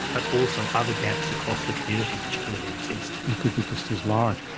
but also other gaps across the community which clearly exist. and could be just as large.